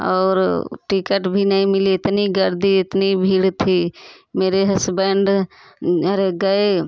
और टिकट भी नहीं मिली इतनी गर्दी इतनी भीड़ थी मेरे हस्बैंड अरे गए